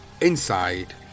inside